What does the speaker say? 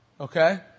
Okay